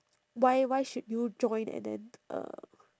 why why should you join and then uh